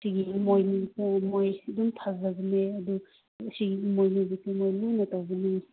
ꯁꯤꯒꯤ ꯏꯃꯣꯏꯅꯨꯁꯦ ꯃꯣꯏ ꯑꯗꯨꯝ ꯐꯖꯕꯅꯦ ꯑꯗꯨ ꯁꯤꯒꯤ ꯏꯃꯣꯏꯅꯨꯕꯨꯁꯨ ꯃꯣꯏ ꯂꯨꯅ ꯇꯧꯕꯅꯦ